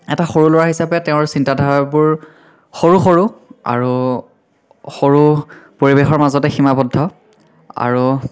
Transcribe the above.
এটা সৰু ল'ৰা হিচাপে তেওঁৰ চিন্তাধাৰাবোৰ সৰু সৰু আৰু সৰু পৰিৱেশৰ মাজতে সীমাৱদ্ধ আৰু